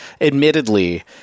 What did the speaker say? admittedly